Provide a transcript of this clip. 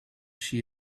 she